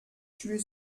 tué